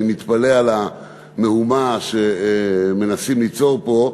אני מתפלא על המהומה שמנסים ליצור פה,